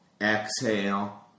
exhale